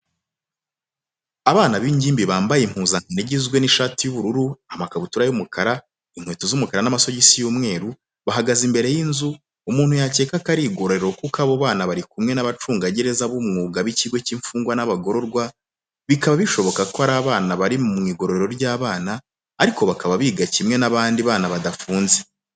Abana b'ingimbi bambaye impuzankano igizwe n'ishati y'ubururu, amakabutura y'umukara, inkweto z'umukara n'amasogizi y'umweru, bahagaze imbere y'inzu, umuntu yakeka ko ari igororero kuko abo bana bari kumwe n'abacungagereza b'umwuga b'ikigo cy'imfungwa n'abagororwa, bikaba bishoboka ko ari abana bari mu igororero ry'abana ariko bakaba biga kimwe n'abandi bana badafunze.